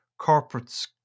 corporates